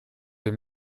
des